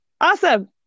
Awesome